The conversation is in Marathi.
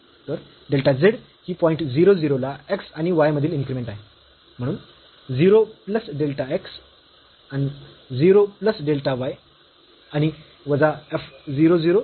तर डेल्टा z ही पॉईंट 0 0 ला x आणि y मधील इन्क्रीमेंट आहे म्हणून 0 प्लस डेल्टा x आणि 0 प्लस डेल्टा y आणि वजा f 0 0